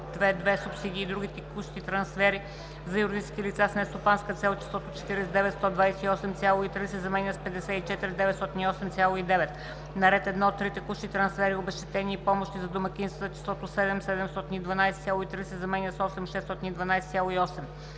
1.2.2. Субсидии и други текущи трансфери за юридически лица с нестопанска цел числото „49 128,3“ се заменя с „54 908,9“. - на ред 1.3. Текущи трансфери, обезщетения и помощи за домакинствата числото „7 712,3“ се заменя с „8 612,8“.